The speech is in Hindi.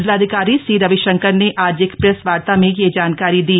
जिलाधिकारी सी रविशंकर ने आज एक प्रेस वार्ता में यह जानकारी दी